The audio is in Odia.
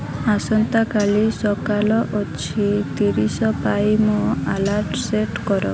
ଆସନ୍ତାକାଲି ସକାଳ ଓ ଛଅ ତିରିଶ ପାଇଁ ମୋ ଆଲାର୍ମ ସେଟ୍ କର